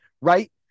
right